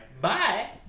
Bye